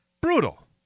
Brutal